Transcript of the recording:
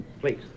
Please